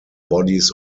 bodies